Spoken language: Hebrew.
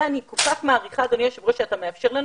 אני כל כך מעריכה אדוני היושב ראש שאתה מאפשר לנו